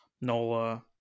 nola